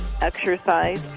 exercise